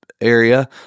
area